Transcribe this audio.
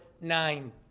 nine